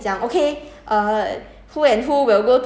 what ah err computer and everything else